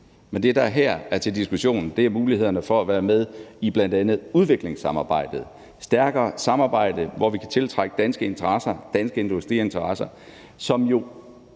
men det, der her er til diskussion, er mulighederne for at være med i bl.a. udviklingssamarbejdet – et stærkere samarbejde, hvor vi kan tiltrække danske industriinteresser, for de